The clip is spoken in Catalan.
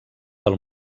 del